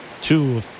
Two